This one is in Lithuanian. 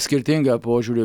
skirtingą požiūrį